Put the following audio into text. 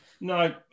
No